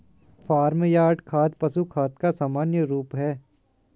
farm yard खाद पशु खाद का सामान्य रूप है